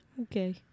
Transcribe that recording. Okay